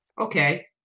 Okay